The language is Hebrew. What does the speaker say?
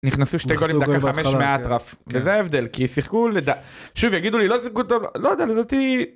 נכנסו שתי גולים דקה חמש מהאטרף וזה ההבדל כי שיחקו לדעת שוב יגידו לי לא שיחקו טוב לא יודע לדעתי.